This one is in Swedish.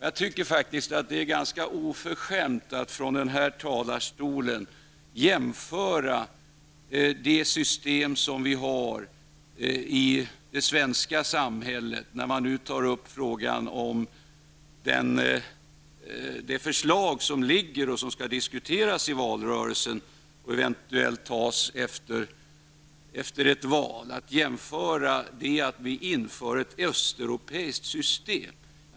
När man nu tar upp frågan om det förslag som ligger, som skall diskuteras i valrörelsen och eventuellt beslutas om efter ett val, är det ganska oförskämt att från den här talarstolen ta upp det system som vi har i det svenska samhället och säga att vi inför ett östeuropeiskt system.